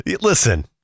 Listen